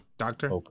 Doctor